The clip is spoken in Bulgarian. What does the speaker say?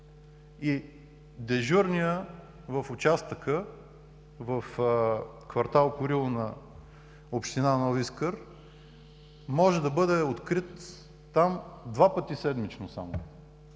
Дежурният в участъка в квартал „Курило“ на община Нови Искър може да бъде открит там два пъти седмично само,